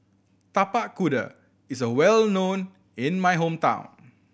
Tapak Kuda is well known in my hometown